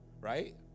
Right